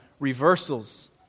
reversals